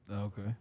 Okay